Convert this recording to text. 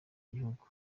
igihugu